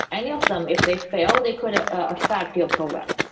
any of them, if they fail, they could ah ah affect your program,